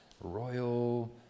royal